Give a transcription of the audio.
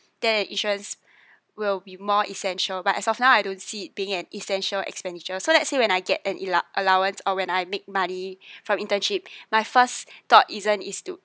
their insurance will be more essential but as of now I don't see being an essential expenditure so let's say when I get an allow~ allowance or when I make money from internship my first thought isn't is to